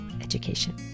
education